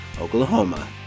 Oklahoma